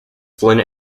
flynn